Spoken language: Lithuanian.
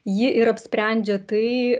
ji ir apsprendžia tai